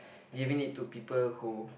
giving it to people who